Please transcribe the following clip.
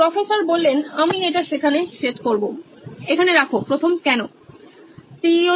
professor আমি এটা এখানে সেট করবো এখানে রাখো প্রথম কেনো